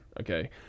okay